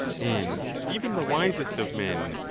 and even the wisest of men,